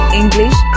english